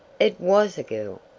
it was a girl,